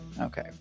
Okay